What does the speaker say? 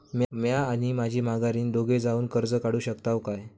म्या आणि माझी माघारीन दोघे जावून कर्ज काढू शकताव काय?